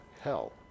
hell